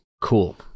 cool